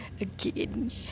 again